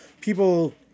people